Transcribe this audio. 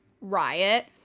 riot